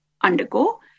undergo